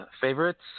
Favorites